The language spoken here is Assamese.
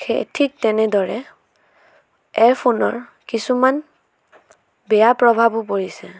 সেই ঠিক তেনেদৰে এয়াৰফোনৰ কিছুমান বেয়া প্ৰভাৱো পৰিছে